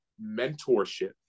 mentorship